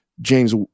James